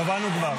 נתקבל.